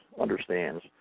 understands